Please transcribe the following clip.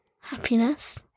Happiness